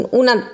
una